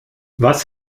was